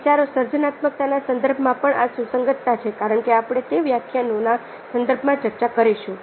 વિચારો સર્જનાત્મકતાના સંદર્ભમાં પણ આ સુસંગતતા છે કારણ કે આપણે તે વ્યાખ્યાનો ના સંદર્ભમાં ચર્ચા કરીશું